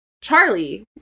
Charlie